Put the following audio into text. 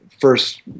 first